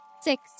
six